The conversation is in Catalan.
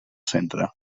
centre